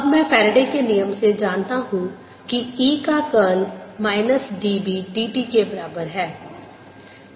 अब मैं फैराडे के नियम Faraday's law से जानता हूं कि E का कर्ल माइनस dB dt के बराबर है